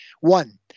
One